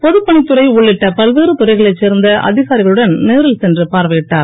பொதுப்பணித் துறை உள்ளிட்ட பல்வேறு துறைகளைச் சேர்ந்த அதிகாரிகளுடன் நேரில் சென்று பார்வையிட்டார்